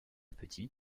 petit